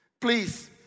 please